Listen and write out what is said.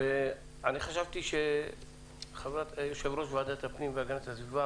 אני חשבתי שיושבת ראש ועדת הפנים והגנת הסביבה